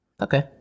Okay